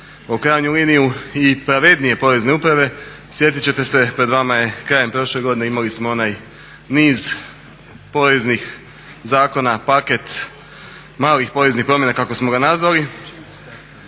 u krajnjoj liniji i pravednije Porezne uprave sjetit ćete se, pred vama je krajem prošle godine imali smo onaj niz poreznih zakona, paket malih poreznih promjena kako smo ga nazvali.